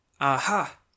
Aha